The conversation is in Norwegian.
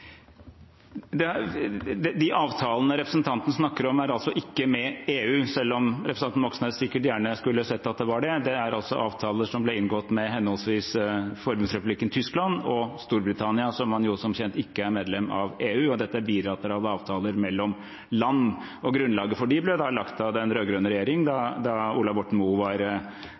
De avtalene representanten snakker om, er ikke med EU, selv om representanten Moxnes sikkert gjerne skulle sett at de var det. Det er avtaler som ble inngått med henholdsvis forbundsrepublikken Tyskland og Storbritannia, som jo som kjent ikke er medlem av EU. Dette er bilaterale avtaler mellom land. Grunnlaget for dem ble lagt av den rød-grønne regjeringen da Ola Borten Moe var